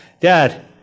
dad